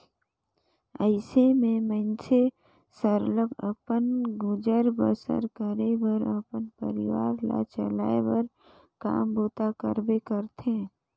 अइसे में मइनसे सरलग अपन गुजर बसर करे बर अपन परिवार ल चलाए बर काम बूता करबे करथे